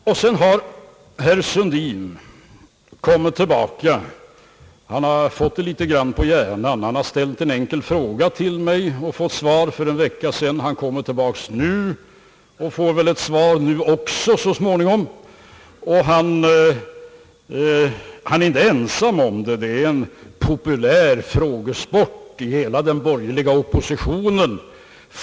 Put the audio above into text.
Herr Sundin har sedan kommit tillbaka och begär besked om skattepolitiken. Han har fått detta ämne litet grand på hjärnan. Han har ställt en enkel fråga och fått svar för en vecka sedan. Han kommer tillbaka nu, och får väl ett svar så småningom. Herr Sundin är inte ensam om det. Det är en populär frågesport hos hela den borgerliga oppositionen.